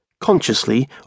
consciously